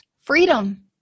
freedom